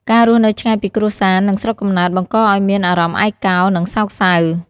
ការរស់នៅឆ្ងាយពីគ្រួសារ និងស្រុកកំណើតបង្កឲ្យមានអារម្មណ៍ឯកោ និងសោកសៅ។